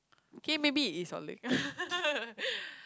K maybe is your leg